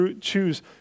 choose